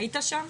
היית שם?